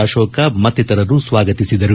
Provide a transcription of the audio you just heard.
ಅಶೋಕ ಮತ್ತಿತರರು ಸ್ಲಾಗತಿಸಿದರು